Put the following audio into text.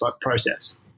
process